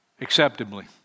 acceptably